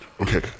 Okay